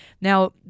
Now